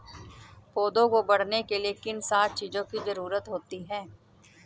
पौधों को बढ़ने के लिए किन सात चीजों की जरूरत होती है?